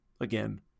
Again